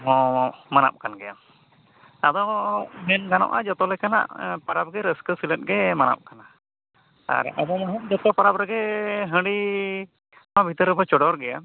ᱦᱮᱸ ᱢᱟᱱᱟᱜ ᱠᱟᱱ ᱜᱮᱭᱟ ᱟᱫᱚ ᱢᱮᱱ ᱜᱟᱱᱚᱜᱼᱟ ᱡᱚᱛᱚ ᱞᱮᱠᱟᱱᱟᱜ ᱯᱟᱨᱟᱵᱽ ᱜᱮ ᱨᱟᱹᱥᱠᱟᱹ ᱥᱟᱞᱟᱜ ᱜᱮ ᱢᱟᱱᱟᱜ ᱠᱟᱱᱟ ᱟᱨ ᱟᱵᱚ ᱢᱟ ᱦᱟᱸᱜ ᱡᱚᱛᱚ ᱯᱟᱨᱟᱵᱽ ᱨᱮᱜᱮ ᱦᱟᱺᱰᱤ ᱢᱟ ᱵᱷᱤᱛᱟᱹᱨ ᱨᱮᱵᱚᱱ ᱪᱚᱰᱚᱨᱮᱜ ᱜᱮᱭᱟ